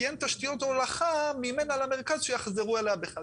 כי אין תשתיות הולכה ממנה למרכז שיחזירו אליה בחזרה.